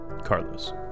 Carlos